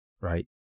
right